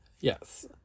yes